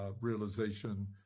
realization